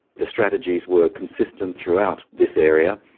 the strategies were consistent throughout this area,